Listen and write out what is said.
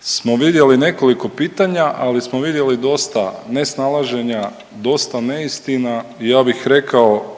smo vidjeli nekoliko pitanja, ali smo vidjeli dosta nesnalaženja, dosta neistina i ja bih rekao